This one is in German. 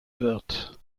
wird